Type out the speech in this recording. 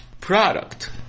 product